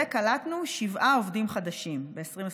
וקלטנו שבעה עובדים חדשים ב-2021.